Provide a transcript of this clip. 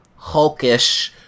hulkish